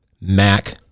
Mac